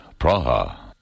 Praha. (